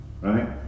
Right